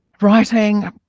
writing